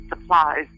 supplies